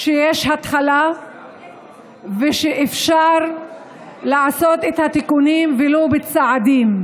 שיש התחלה ושאפשר לעשות את התיקונים, ולו בצעדים.